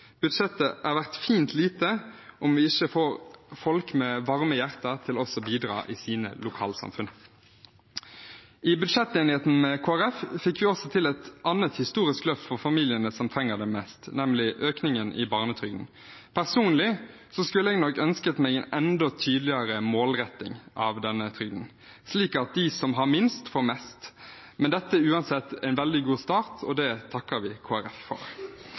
Budsjettet er verdt fint lite om vi ikke får folk med varme hjerter til også å bidra i sine lokalsamfunn. I budsjettenigheten med Kristelig Folkeparti fikk vi også til et annet historisk løft for familiene som trenger det mest, nemlig en økning i barnetrygden. Personlig skulle jeg nok ønsket meg en enda tydeligere målretting av denne trygden, slik at de som har minst, får mest, men dette er uansett en veldig god start, og det takker vi Kristelig Folkeparti for.